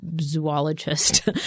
zoologist